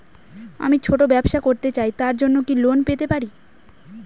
আমি ছোট ব্যবসা করতে চাই তার জন্য কি লোন পেতে পারি?